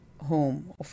home